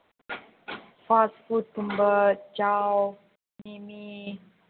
ꯐꯥꯁ ꯐꯨꯗꯀꯨꯝꯕ ꯆꯥꯎ ꯃꯤꯃꯤ